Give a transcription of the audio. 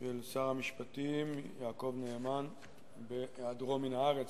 של שר המשפטים יעקב נאמן בהיעדרו מן הארץ,